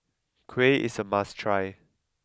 Kuih is a must try